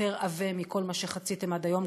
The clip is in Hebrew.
יותר עבה מכל מה שחציתם עד היום,